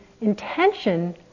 intention